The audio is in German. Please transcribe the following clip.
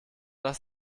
das